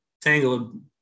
tangled